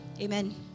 Amen